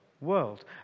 world